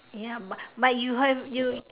ya but but you have you